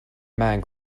man